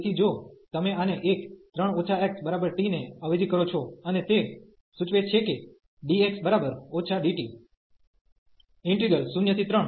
તેથી જો તમે આને એક 3 x t ને અવેજી કરો છો અને તે સૂચવે છે કે dx dt